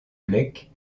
black